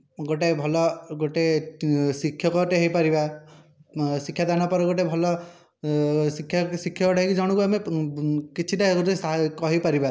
ଗୋଟିଏ ଭଲ ଗୋଟିଏ ଶିକ୍ଷକ ଟିଏ ହୋଇପାରିବା ଶିକ୍ଷାଦାନ ପରେ ଗୋଟିଏ ଭଲ ଶିକ୍ଷକ ଶିକ୍ଷକଟିଏ ହୋଇକି ଜଣକୁ ଆମେ କିଛିଟା ଗୋଟିଏ ସା କହିପାରିବା